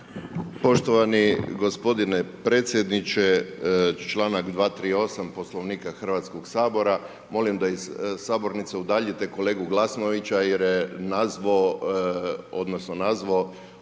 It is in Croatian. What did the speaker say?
Poštovani gospodine predsjedniče, članak 238. Poslovnika Hrvatskoga sabora, molim da iz sabornice udaljite kolegu Glasnovića jer je nazvao odnosno nazvao